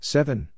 Seven